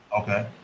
okay